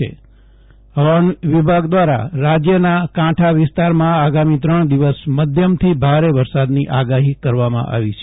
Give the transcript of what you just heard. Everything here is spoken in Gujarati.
જયદીપ વેશ્નવ વરસાદ આગાહી હવામાન વિભાગ દ્વારા રાજ્યના કાંઠા વિસ્તારમાં આગામી ત્રણ દિવસ મધ્યમથી ભારે વરસાદની આગાહી કરવામાં આવી છે